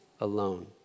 alone